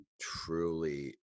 truly